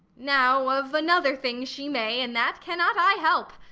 now of another thing she may, and that cannot i help.